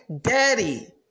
daddy